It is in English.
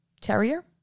Terrier